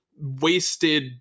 wasted